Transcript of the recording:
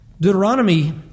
Deuteronomy